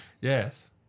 Yes